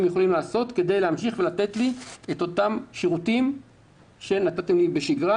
יכולים לעשות כדי להמשיך ולתת לי את אותם שירותים שנתתם לי בשגרה,